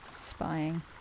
spying